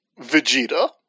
Vegeta